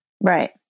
right